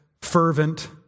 fervent